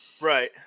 right